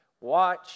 watch